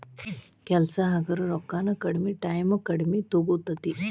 ಕೆಲಸಾ ಹಗರ ರೊಕ್ಕಾನು ಕಡಮಿ ಟಾಯಮು ಕಡಮಿ ತುಗೊತತಿ